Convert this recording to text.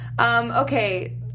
Okay